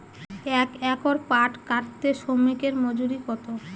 এক একর পাট কাটতে শ্রমিকের মজুরি কত?